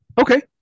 Okay